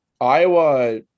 Iowa